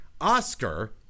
Oscar